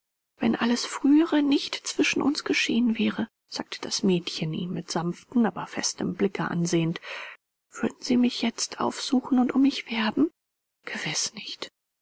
wenn alles frühere nicht zwischen uns geschehen wäre sagte das mädchen ihn mit sanftem aber festem blicke ansehend würden sie mich jetzt aufsuchen und um mich werben gewiß nicht